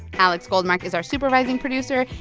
alex goldmark is our supervising producer.